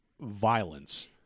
violence